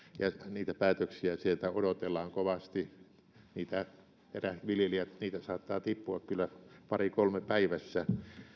niitä päätöksiä sieltä odotellaan kovasti niitä saattaa tippua kyllä pari kolme päivässä